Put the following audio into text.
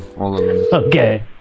Okay